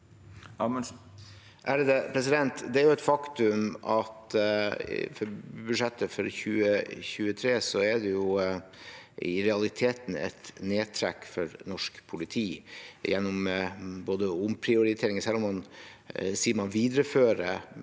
Det er et faktum at i budsjettet for 2023 er det i realiteten et nedtrekk for norsk politi gjennom omprioritering – selv om man sier at man viderefører